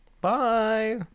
Bye